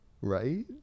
right